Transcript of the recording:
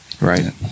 right